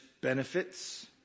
benefits